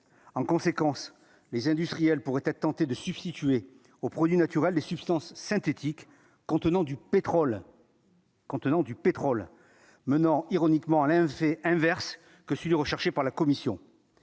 en conséquence les industriels pourraient être tentés de substituer aux produits naturels des substances synthétiques contenant du pétrole. Contenant du pétrole menant ironiquement Alain fait inverse que celui recherché par la commission,